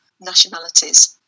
nationalities